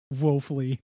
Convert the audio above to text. woefully